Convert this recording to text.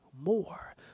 more